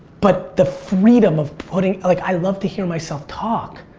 but the freedom of putting, like i love to hear myself talk.